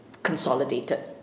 consolidated